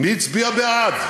מי הצביע בעד?